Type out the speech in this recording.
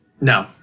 No